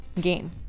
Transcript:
game